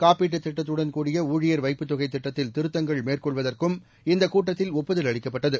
காப்பீட்டுத் திட்டத்துடன் கூடிய ஊழியர் வைப்புத் தொகை திட்டத்தில் திருத்தங்கள் மேற்கொள்வதற்கும் இந்தக் கூட்டத்தில் ஒப்புதல் அளிக்கப்பட்டது